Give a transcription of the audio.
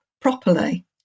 properly